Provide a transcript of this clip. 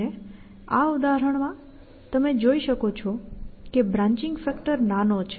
અને આ ઉદાહરણમાં તમે જોઈ શકો છો કે બ્રાંન્ચિંગ ફેક્ટર નાનો છે